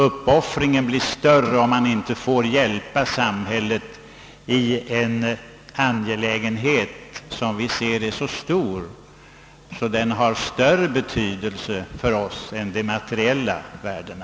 Uppoffringen blir större om vi inte får hjälpa samhället i en angelägenhet, vilken för oss har större betydelse än de materiella värdena.